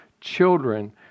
children